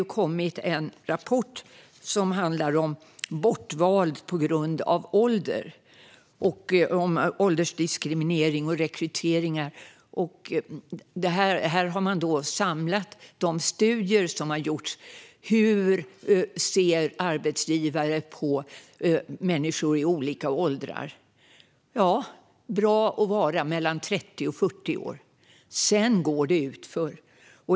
I dagarna har rapporten Bortvald på grund av ålder lagts fram. Rapporten tar upp åldersdiskriminering vid rekryteringar. I rapporten har studier av hur arbetsgivare ser på människor i olika åldrar samlats. Ja, det är bra att vara mellan 30 och 40. Sedan går det utför.